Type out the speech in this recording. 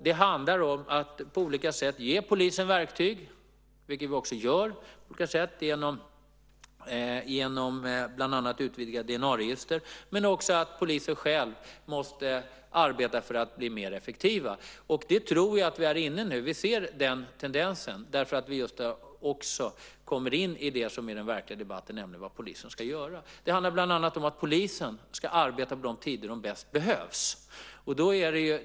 Det handlar om att ge polisen verktyg - vilket vi också gör på olika sätt, bland annat genom utvidgat DNA-register - men också om att polisen själv måste arbeta för att bli mer effektiv. Jag tror att vi går mot det nu. Vi ser den tendensen just för att vi också kommer in på det som är den verkliga debatten, nämligen vad polisen ska göra. Det handlar bland annat om att polisen ska arbeta på de tider då den som bäst behövs.